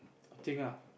thing ah